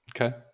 Okay